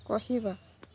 କହିବା